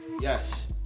Yes